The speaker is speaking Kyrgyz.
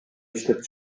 иштеп